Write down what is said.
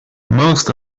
most